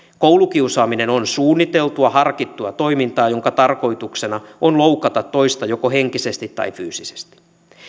koulukiusaaminen on suunniteltua harkittua toimintaa jonka tarkoituksena on loukata toista joko henkisesti tai fyysisesti